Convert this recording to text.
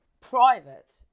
private